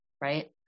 right